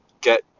get